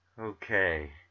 okay